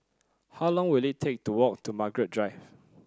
how long will it take to walk to Margaret Drive